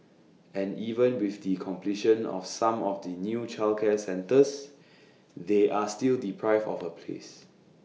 and even with the completion of some of the new childcare centres they are still deprived of A place